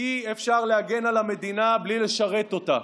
אי-אפשר להגן על המדינה בלי לשרת אותה,